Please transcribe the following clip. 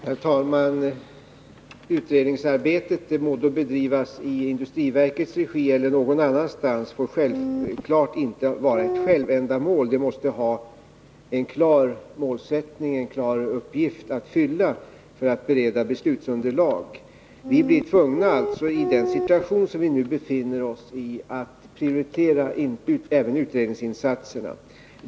Herr talman! Utredningsarbetet må bedrivas i industriverkets regi eller någon annanstans. Men givetvis får det inte vara ett självändamål. Det måste ha en klar målsättning, en klart definierad uppgift att fylla för att kunna bereda beslutsunderlag. I den situation som vi nu befinner oss i blir vi tvungna att prioritera även utredningsinsatserna.